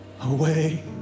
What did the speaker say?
away